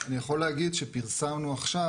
אני יכול להגיד שפרסמנו עכשיו,